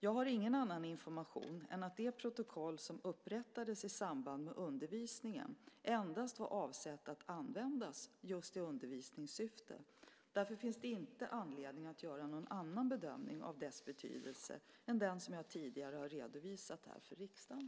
Jag har ingen annan information än att det protokoll som upprättades i samband med undervisningen endast var avsett att användas just i undervisningssyfte. Därför finns det inte anledning att göra någon annan bedömning av dess betydelse än den som jag tidigare har redovisat för riksdagen.